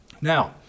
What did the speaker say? Now